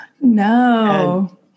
No